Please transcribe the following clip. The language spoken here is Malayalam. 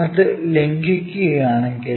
അത് ലംഘിക്കുകയാണെങ്കിൽ